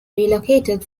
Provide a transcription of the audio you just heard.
relocated